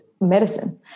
medicine